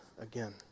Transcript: again